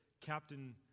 Captain